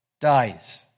dies